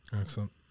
Excellent